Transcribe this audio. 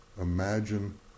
Imagine